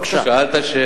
שאילתא